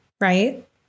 Right